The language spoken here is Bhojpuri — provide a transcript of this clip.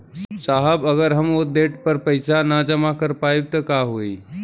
साहब अगर हम ओ देट पर पैसाना जमा कर पाइब त का होइ?